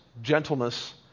gentleness